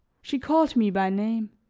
she called me by name.